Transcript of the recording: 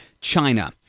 China